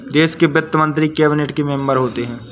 देश के वित्त मंत्री कैबिनेट के मेंबर होते हैं